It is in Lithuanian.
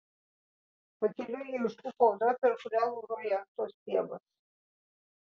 pakeliui jį užklupo audra per kurią lūžo jachtos stiebas